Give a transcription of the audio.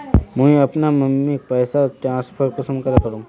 मुई अपना मम्मीक पैसा ट्रांसफर कुंसम करे करूम?